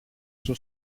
στο